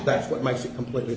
that's what makes a completely